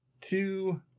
two